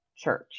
church